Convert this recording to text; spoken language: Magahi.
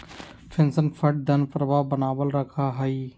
पेंशन फंड धन प्रवाह बनावल रखा हई